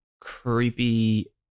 creepy